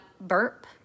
burp